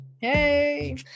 Hey